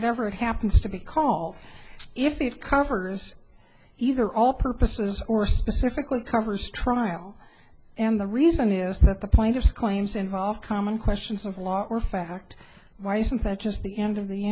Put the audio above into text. whatever it happens to be called if it covers either all purposes or specifically covers trial and the reason is that the plaintiff's claims involve common questions of law or fact why isn't that just the end of the